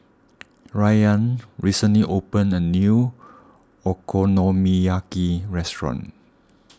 Ryann recently opened a new Okonomiyaki restaurant